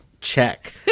check